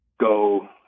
go